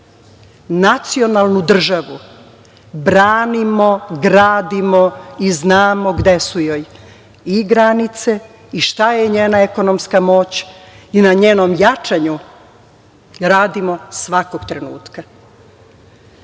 Nacionalnu državu branimo, gradimo i znamo gde su joj i granice i šta je njena ekonomska moć i na njenom jačanju radimo svakog trenutka. Ono